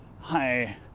hi